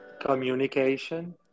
communication